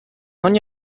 ogni